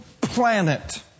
planet